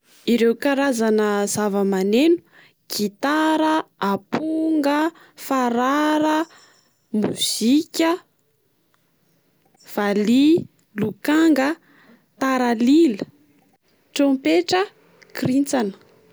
Ireo karazana zava-maneno: gitara, aponga, farara, mozika, valiha, lokanga, taralila, trompetra, kirintsana.